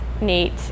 neat